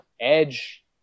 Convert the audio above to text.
Edge